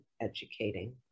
educating